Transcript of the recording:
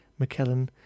McKellen